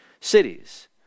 cities